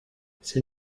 c’est